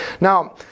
Now